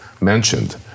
mentioned